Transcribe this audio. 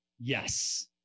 yes